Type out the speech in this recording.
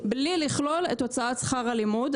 בלי לכלול את הוצאת שכר הלימוד.